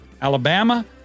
Alabama